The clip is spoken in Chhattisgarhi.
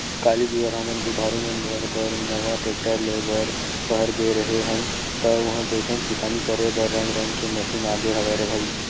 काली जुवर हमन बुधारु मन घर बर नवा टेक्टर ले बर सहर गे रेहे हन ता उहां देखेन किसानी करे बर रंग रंग के मसीन आगे हवय रे भई